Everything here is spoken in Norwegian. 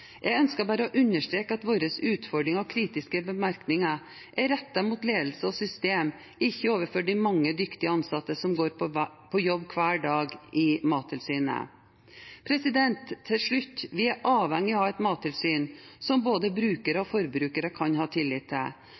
Jeg ønsket bare å understreke at våre utfordringer og kritiske bemerkninger er rettet mot ledelse og system, ikke mot de mange dyktige ansatte som går på jobb hver dag i Mattilsynet. Til slutt: Vi er avhengige av å ha et mattilsyn som både brukere og forbrukere kan ha tillit til.